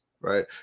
right